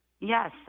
Yes